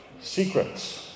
secrets